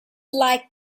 like